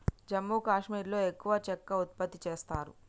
జమ్మూ కాశ్మీర్లో ఎక్కువ చెక్క ఉత్పత్తి చేస్తారు